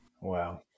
Wow